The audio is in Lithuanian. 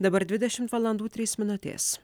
dabar dvidešimt valandų trys minutės